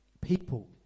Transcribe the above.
people